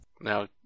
Now